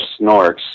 Snorks